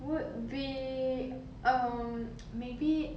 would be um maybe